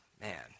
man